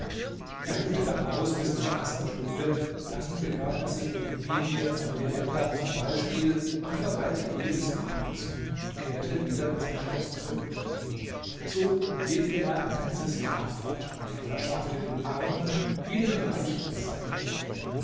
er ruhte dann aus bis zur assrstunde dann begab er sich mit den emiren auf die rennbahn zum ballspiel und verweilte hier bis abends und kehrte wieder in sein schloß zurück so lebte er ein ganzes jahr fort und verschaffte dem armen wie dein reichen sein recht